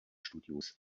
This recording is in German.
studios